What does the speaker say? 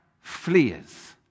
fleers